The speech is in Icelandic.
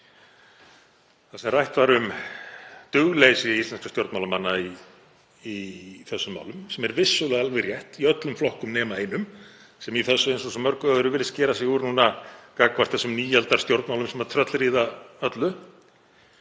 sem rætt var um dugleysi íslenskra stjórnmálamanna í þessum málum, sem er vissulega alveg rétt í öllum flokkum nema einum sem í þessu eins og svo mörgu öðru virðist skera sig úr núna gagnvart þessum nýaldarstjórnmálum sem tröllríða öllu,